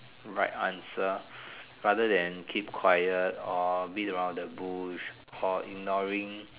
right answer rather than keep quiet or beat around the bush or ignoring